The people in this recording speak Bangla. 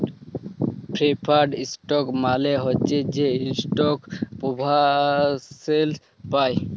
প্রেফার্ড ইস্টক মালে হছে সে ইস্টক প্রেফারেল্স পায়